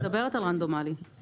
אני מדברת על רנדומלי.